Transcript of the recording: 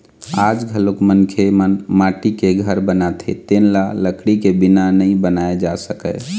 आज घलोक मनखे मन माटी के घर बनाथे तेन ल लकड़ी के बिना नइ बनाए जा सकय